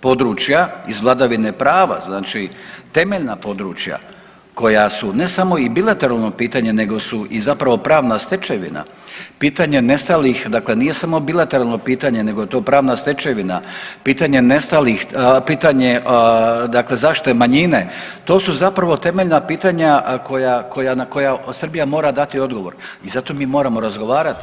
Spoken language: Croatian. područja iz vladavine prava, znači temeljna područja koja su ne samo i bilateralno pitanje nego su i zapravo pravna stečevina, pitanje nestalih dakle nije samo bilateralno pitanje nego je to pravna stečevina, pitanje nestalih, pitanje dakle zašto je manjine, to su zapravo temeljna pitanja koja, koja, na koja Srbija mora dati odgovor i zato mi moramo razgovarati.